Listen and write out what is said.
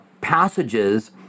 passages